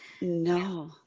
no